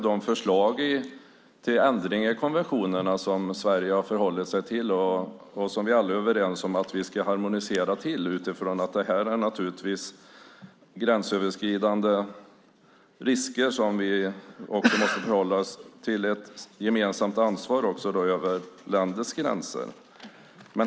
De förslag till ändring i konventionerna som Sverige har förhållit sig till och vad vi alla är överens om att vi ska harmonisera till är att det här naturligtvis är gränsöverskridande risker för vilka vi också måste förhålla oss till ett gemensamt ansvar över landets gränser.